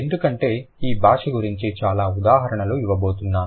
ఎందుకంటే ఈ భాష గురించి చాలా ఉదాహరణలు ఇవ్వబోతున్నారు